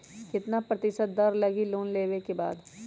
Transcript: कितना प्रतिशत दर लगी लोन लेबे के बाद?